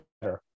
better